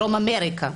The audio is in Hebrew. דרום אמריקה,